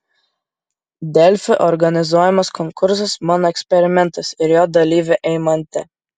delfi organizuojamas konkursas mano eksperimentas ir jo dalyvė eimantė